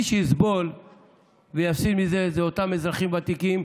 מי שיסבול ויפסיד מזה זה אותם אזרחים ותיקים,